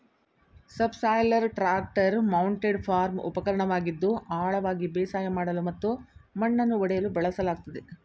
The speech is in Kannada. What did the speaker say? ಸಬ್ಸಾಯ್ಲರ್ ಟ್ರಾಕ್ಟರ್ ಮೌಂಟೆಡ್ ಫಾರ್ಮ್ ಉಪಕರಣವಾಗಿದ್ದು ಆಳವಾಗಿ ಬೇಸಾಯ ಮಾಡಲು ಮತ್ತು ಮಣ್ಣನ್ನು ಒಡೆಯಲು ಬಳಸಲಾಗ್ತದೆ